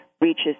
reaches